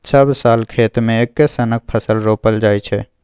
सब साल खेत मे एक्के सनक फसल रोपल जाइ छै